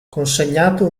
consegnato